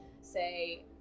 say